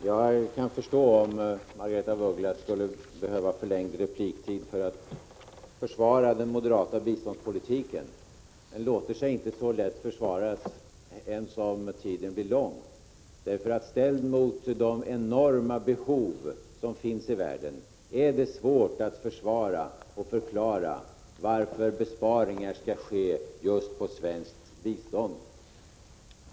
Herr talman! Jag kan förstå om Margaretha af Ugglas behöver förlängd repliktid för att försvara den moderata biståndspolitiken. Den låter sig inte försvaras så lätt — inte ens om taletiden utsträcks. Med tanke på de enorma behov som finns i världen är det svårt att försvara och förklara varför besparingar skall ske just när det gäller svenskt bistånd.